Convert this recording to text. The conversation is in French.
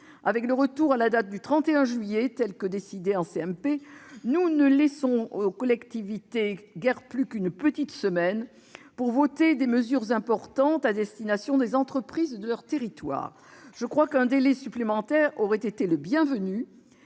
Avec le retour à la date du 31 juillet, décidé en commission mixte paritaire, nous ne laissons aux collectivités guère plus qu'une petite semaine pour voter des mesures importantes à destination des entreprises et de leurs territoires. Je crois qu'un délai supplémentaire aurait été le bienvenu.